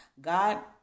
God